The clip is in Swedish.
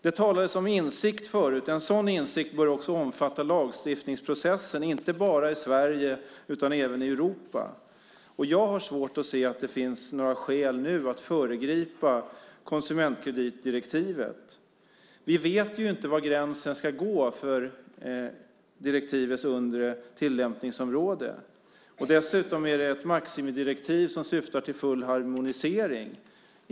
Det talades om insikt förut. En sådan insikt bör också omfatta lagstiftningsprocessen, inte bara i Sverige, utan även i Europa. Jag har svårt att se att det nu finns några skäl att föregripa konsumentkreditdirektivet. Vi vet ju inte var gränsen ska gå för direktivets undre tillämpningsområde. Dessutom är det ett maximidirektiv som syftar till full harmonisering.